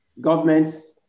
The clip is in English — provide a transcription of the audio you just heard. governments